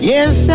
Yes